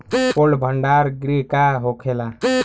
Cold भण्डार गृह का होखेला?